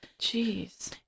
Jeez